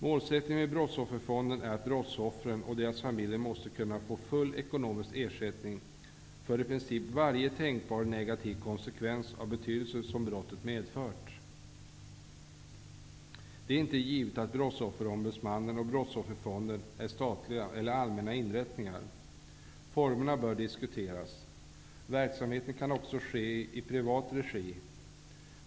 Målsättningen för brottsofferfonden är att brottsoffren och deras familjer skall få full ekonomisk ersättning för i princip varje tänkbar negativ konsekvens av betydelse som brottet medfört. Det är inte givet att brottsofferombudsmannen och brottsofferfonden skall vara statliga eller allmänna inrättningar. Formerna bör diskuteras. Verksamheten kan också ske i privat regi.